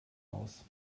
aus